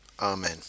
Amen